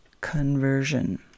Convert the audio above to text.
conversion